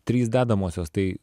trys dedamosios tai